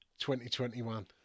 2021